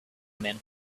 men